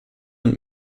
und